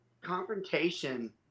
confrontation